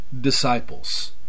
disciples